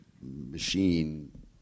machine